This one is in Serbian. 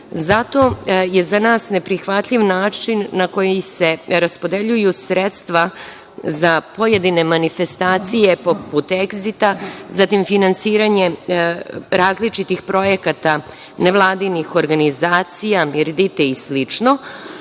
Zato je za nas neprihvatljiv način na koji se raspodeljuju sredstva za pojedine manifestacije, poput „Egzita“, zatim, finansiranje različitih projekata nevladinih organizacija, „Mirdita“ i